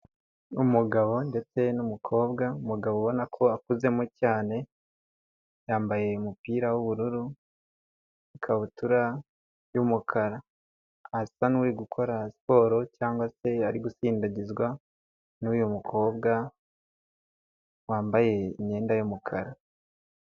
Umugabo ndetse n'umukobwa umugabo ubona ko a ukuzemo cyane yambaye umupira w'ubururu n ikabutura y'umukara, asa n'uri gukora siporo cyangwa se ari gusindagizwa n'uyu mukobwa wambaye imyenda y'umukara.